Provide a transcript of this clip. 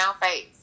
face